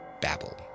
babble